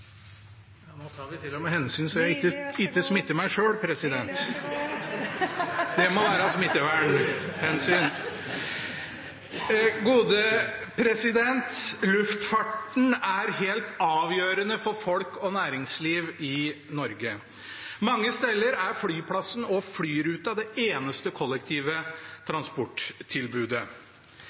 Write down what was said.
Nå tar vi til og med hensyn så jeg ikke smitter meg selv! Det må være å ta smittevernhensyn, det! Luftfarten er helt avgjørende for folk og næringsliv i Norge. Mange steder er flyplassen og flyruta det eneste kollektivet transporttilbudet.